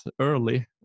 early